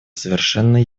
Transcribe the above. совершенно